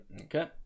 okay